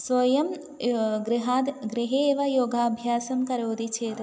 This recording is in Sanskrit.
स्वयं गृहात् गृहे एव योगाभ्यासं करोति चेत्